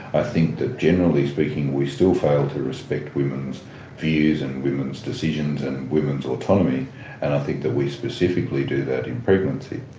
i think that generally speaking we still fail to respect women's views and women's decisions and women's autonomy and i think that we specifically do that in pregnancy.